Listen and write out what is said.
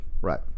right